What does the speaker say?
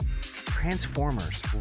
Transformers